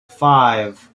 five